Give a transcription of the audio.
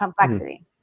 complexity